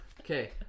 Okay